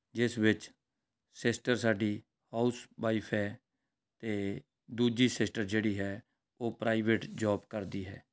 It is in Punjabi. ਜਿਸ ਵਿੱਚ ਸਿਸਟਰ ਸਾਡੀ ਹਾਊਸਈਫ਼ ਹੈ ਅਤੇ ਦੂਜੀ ਸਿਸਟਰ ਜਿਹੜੀ ਹੈ ਉਹ ਪ੍ਰਾਈਵੇਟ ਜੌਬ ਕਰਦੀ ਹੈ